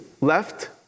left